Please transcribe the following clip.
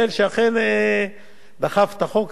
שאכן דחף את החוק הזה,